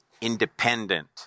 independent